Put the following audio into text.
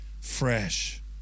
fresh